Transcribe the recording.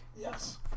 Yes